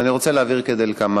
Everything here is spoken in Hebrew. אז אני רוצה להבהיר כדלקמן: